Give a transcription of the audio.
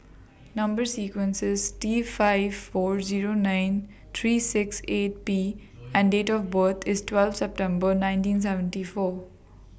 Number sequence IS T five four Zero nine three six eight P and Date of birth IS twelve September nineteen seventy four